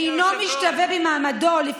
רק להסביר ששוויון, אדוני היושב-ראש.